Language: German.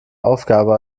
aufgabe